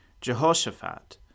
Jehoshaphat